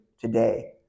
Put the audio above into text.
today